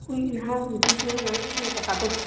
বুজি পোৱা নাই মই কথাটো